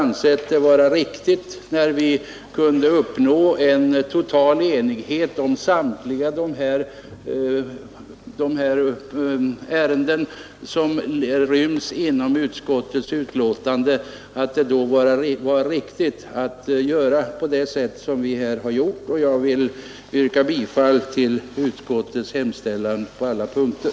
När vi nu kunde uppnå en total enighet om samtliga de ärenden som ryms i detta betänkande har vi ansett det vara riktigt att göra som vi gjort. Jag vill yrka bifall till utskottets hemställan på alla punkter.